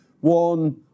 One